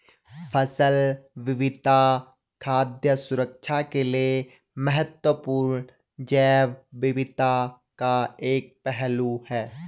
फसल विविधता खाद्य सुरक्षा के लिए महत्वपूर्ण जैव विविधता का एक पहलू है